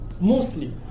Mostly